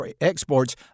exports